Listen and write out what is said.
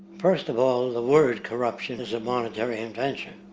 first of all, the word corruption is a monetary invention,